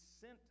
sent